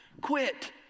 Quit